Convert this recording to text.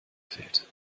fällt